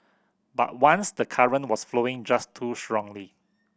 but once the current was flowing just too strongly